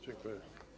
Dziękuję.